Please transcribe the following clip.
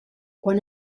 quan